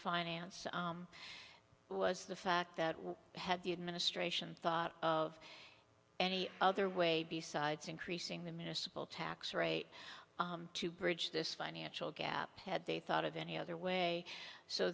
finance was the fact that we had the administration thought of any other way besides increasing the miscible tax rate to bridge this financial gap had they thought of any other way so